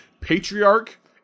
Patriarch